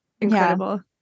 Incredible